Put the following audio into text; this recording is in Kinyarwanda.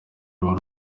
ruba